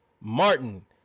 Martin